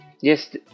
Yes